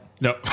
no